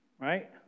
right